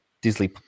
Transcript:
Disney